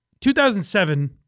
2007